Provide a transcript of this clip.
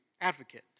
advocate